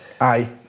Aye